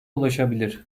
ulaşabilir